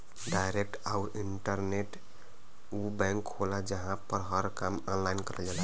direct आउर internet उ bank होला जहां पर हर काम ऑनलाइन करल जाला